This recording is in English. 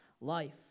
life